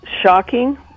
shocking